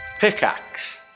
Pickaxe